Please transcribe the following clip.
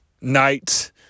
night